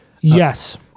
Yes